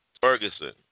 Ferguson